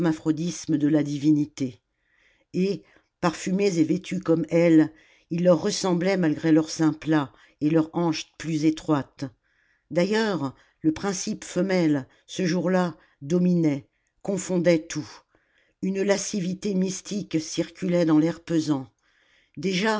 de la divinité et parfumés et vêtus comme elles ils leurs ressemblaient malgré leurs seins plats et leurs hanches plus étroites d'ailleurs le principe femelle ce jour-là dominait confondait tout une lasciveté mystique circulait dans l'air pesant déjà